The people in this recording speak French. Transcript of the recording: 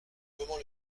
comment